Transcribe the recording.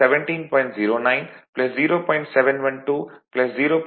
712 0